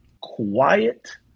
Quiet